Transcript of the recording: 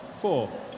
Four